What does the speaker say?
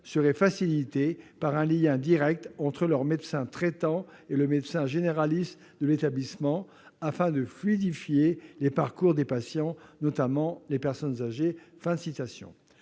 serait facilitée par un lien direct entre leur médecin traitant et le médecin généraliste de l'établissement afin de fluidifier les parcours des patients, notamment les personnes âgées.